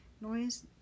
noise